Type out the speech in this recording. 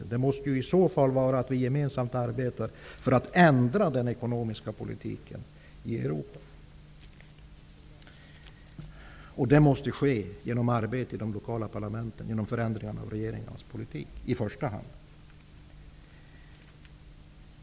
Åtagandena måste i så fall gå ut på att vi gemensamt arbetar för att ändra den ekonomiska politiken i Europa. Det måste i första hand ske genom arbete i de lokala parlamenten för att förändra regeringarnas politik.